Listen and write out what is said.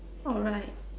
alright